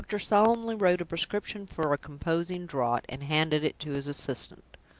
the doctor solemnly wrote a prescription for a composing draught, and handed it to his assistant.